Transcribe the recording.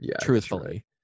truthfully